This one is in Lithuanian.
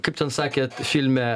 kaip ten sakė filme